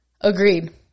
agreed